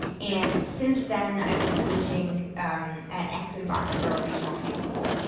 and since then i've been teaching at acton-boxborough regional high school,